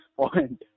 point